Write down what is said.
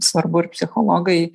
svarbu ir psichologai